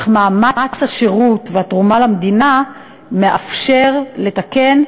מאמץ השירות והתרומה למדינה מאפשרים לתקן,